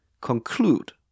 conclude